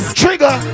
trigger